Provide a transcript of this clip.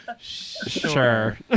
Sure